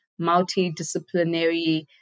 multidisciplinary